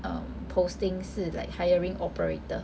um posting 是 like hiring operator